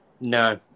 No